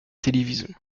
télévision